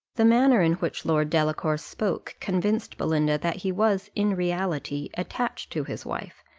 the manner in which lord delacour spoke convinced belinda that he was in reality attached to his wife,